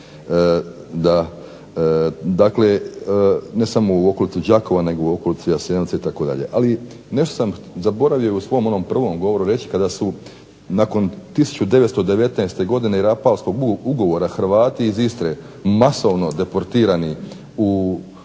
dakle ne samo u okolici Đakova, nego u okolici Jasenovca itd. Ali nešto sam zaboravio u svom onom prvom govoru reći, kada su nakon 1919. godine i rafalskog ugovora Hrvati iz Istre masovno deportirani u sve